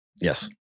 Yes